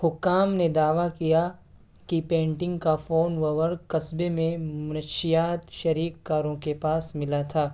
حکام نے دعویٰ کیا کہ پینٹنگ کا فون وورک قصبے میں منشیات شریک کاروں کے پاس ملا تھا